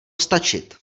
stačit